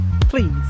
Please